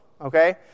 okay